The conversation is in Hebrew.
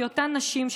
כי אותן נשים,